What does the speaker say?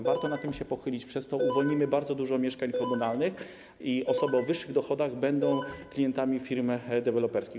Warto nad tym się pochylić, przez to uwolnimy bardzo dużo mieszkań komunalnych i osoby o wyższych dochodach będą klientami firm deweloperskich.